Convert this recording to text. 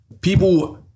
people